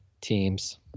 teams